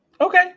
Okay